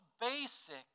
basic